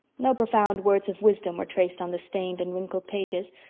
no profound words of wisdom were traced on the stained and wrinkled pages,